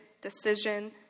decision